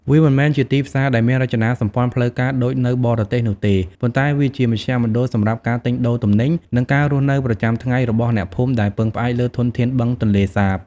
វាមិនមែនជាទីផ្សារដែលមានរចនាសម្ព័ន្ធផ្លូវការដូចនៅបរទេសនោះទេ ប៉ុន្តែវាជាមជ្ឈមណ្ឌលសម្រាប់ការទិញដូរទំនិញ និងការរស់នៅប្រចាំថ្ងៃរបស់អ្នកភូមិដែលពឹងផ្អែកលើធនធានបឹងទន្លេសាប។